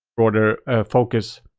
broader focus.